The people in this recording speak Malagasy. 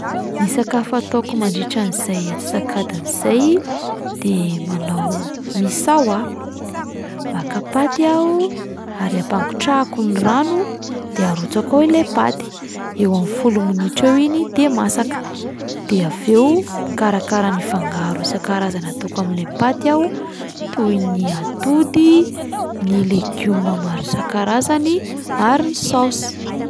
Ny sakafo ataoko mandritran'izay antsasakadiny izay de manao misao aho, maka paty aho ary ampangotrahako ny rano de arotsako ao ilay paty, eo amin'ny folo minitra eo iny de masaka, de avy eo mikarakara ny fangaro isan-karazany ataoko amin'ilay paty aho toy ny atody, ny legioma maro isan-karazany ary ny saosy.